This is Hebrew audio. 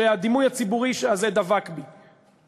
שהדימוי הציבורי הזה דבק בי.